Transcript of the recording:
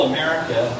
America